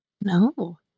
No